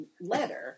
letter